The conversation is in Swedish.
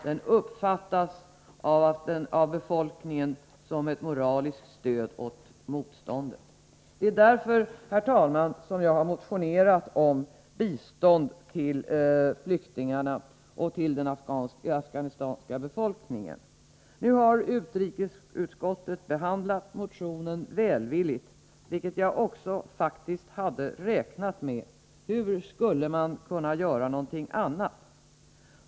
Den uppfattas av befolkningen som ett moraliskt stöd åt motståndet. Det är därför, herr talman, som jag har motionerat om bistånd till flyktingarna och till den afghanska befolkningen. Nu har utrikesutskottet behandlat motionen välvilligt, vilket jag faktiskt hade räknat med. Hur skulle utskottet ha kunnat göra något annat?